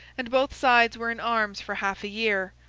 and both sides were in arms for half a year.